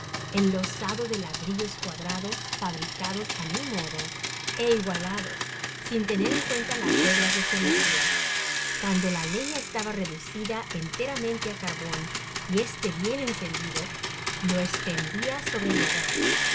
enlosado de ladrillos cuadrados fabricados á mi modo ó igualados sin tener en cuenta las reglas de geometria cuan lo la lefia estaba reducida enteramente á carbon y este bien encen dido lo estendia sobre el hogar